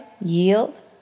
yield